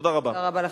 תודה רבה.